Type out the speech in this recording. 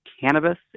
cannabis